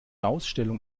ausstellung